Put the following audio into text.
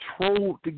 trolled